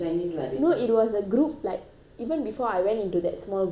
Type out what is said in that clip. even before I went into that small group right it was a big call